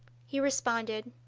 he responded,